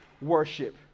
worship